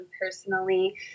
personally